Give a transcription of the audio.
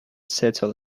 settle